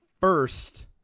first